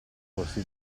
porsi